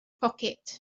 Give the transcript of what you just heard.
pocket